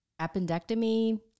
appendectomy